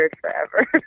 forever